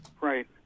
Right